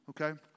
Okay